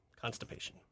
Constipation